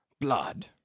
Blood